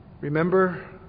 Remember